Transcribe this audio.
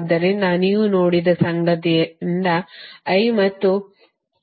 ಆದ್ದರಿಂದ ನೀವು ನೋಡಿದ ಸಂಗತಿಯಿಂದ I ಮತ್ತು